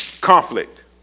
conflict